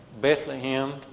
Bethlehem